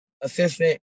Assistant